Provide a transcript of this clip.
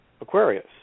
Aquarius